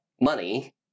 money